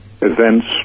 events